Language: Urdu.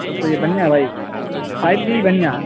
تب تو یہ بنہیا ہے بھائی فائیو جی بنیا